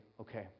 okay